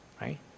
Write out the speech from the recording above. right